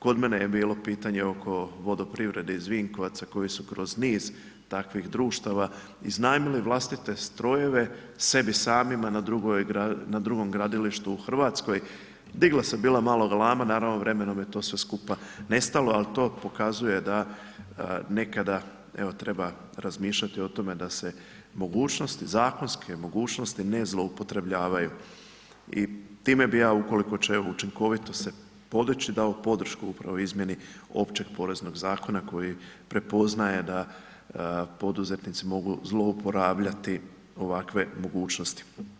Kod mene je bilo pitanje oko Vodoprivrede iz Vinkovaca koji su kroz niz takvih društava iznajmili vlastite strojeve sebi samima na drugom gradilištu u Hrvatskoj, digla se bila malo galama, naravno vremenom je to sve skupa nestalo ali to pokazuje da nekada treba razmišljati o tome da se mogućnosti, zakonske mogućnosti ne zloupotrebljavaju i time bi ja ukoliko će učinkovitost se podići, dao podršku upravo izmjeni Općeg poreznog zakona koji prepoznaje da poduzetnici mogu zlouporabljati ovakve mogućnosti.